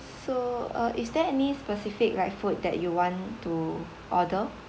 so uh is there any specific like food that you want to order